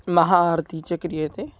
महारती च क्रियते